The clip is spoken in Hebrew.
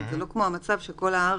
זה לא כמו המצב שזה בכל הארץ,